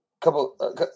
couple